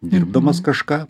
dirbdamas kažką